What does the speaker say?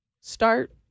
start